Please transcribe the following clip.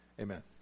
Amen